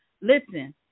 Listen